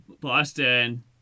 Boston